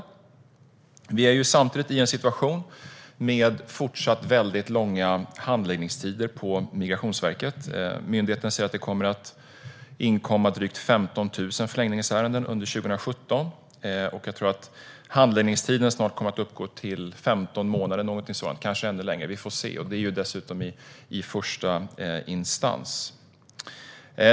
Samtidigt är vi fortfarande i en situation med väldigt långa handläggningstider på Migrationsverket. Myndigheten säger att det kommer att inkomma drygt 15 000 förlängningsärenden under 2017, och jag tror att handläggningstiden snart kommer att uppgå till 15 månader, kanske ännu längre; vi får se. Detta är dessutom i första instans.